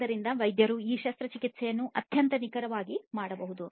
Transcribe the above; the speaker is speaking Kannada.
ಆದ್ದರಿಂದ ವೈದ್ಯರು ಈ ಶಸ್ತ್ರಚಿಕಿತ್ಸೆಯನ್ನು ಅತ್ಯಂತ ನಿಖರವಾಗಿ ಮಾಡಬಹುದು